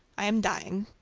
i am dying.